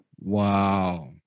Wow